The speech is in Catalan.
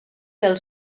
del